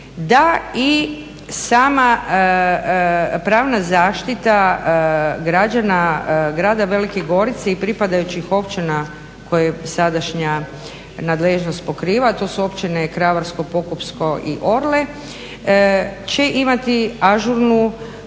jug i sama pravna zaštita građana grada Velike Gorice i pripadajućih općina koje sadašnja nadležnost pokriva, a to su Općine Kravarsko, Pokupsko i Orle će imati ažurnu